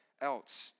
else